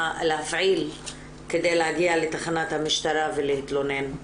להפעיל כדי להגיע לתחנת המשטרה ולהתלונן.